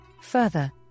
Further